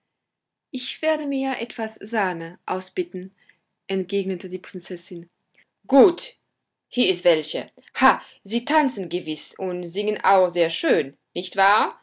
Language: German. ich werde mir etwas sahne ausbitten entgegnete die prinzessin gut hier ist welche ha sie tanzen gewiß und singen auch sehr schön nicht wahr